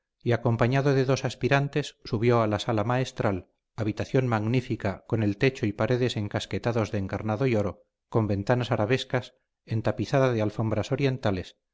y acompañado de dos aspirantes subió a la sala maestral habitación magnífica con el techo y paredes escaqueados de encarnado y oro con ventanas arabescas entapizada de alfombras orientales